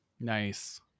nice